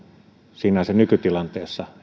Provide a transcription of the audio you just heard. sinänsä nykytilanteessa